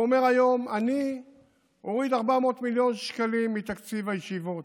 והוא אומר היום: אני מוריד 400 מיליון שקלים מתקציב הישיבות.